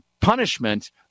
punishment